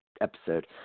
episode